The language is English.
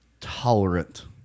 tolerant